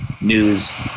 news